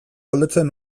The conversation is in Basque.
galdetzen